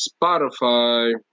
Spotify